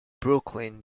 brooklyn